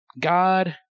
God